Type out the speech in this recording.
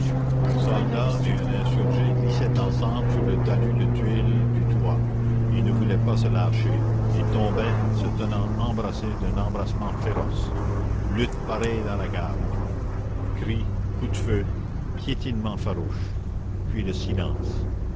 un soldat et un insurgé glissaient ensemble sur le talus de tuiles du toit et ne voulaient pas se lâcher et tombaient se tenant embrassés d'un embrassement féroce lutte pareille dans la cave cris coups de feu piétinement farouche puis le silence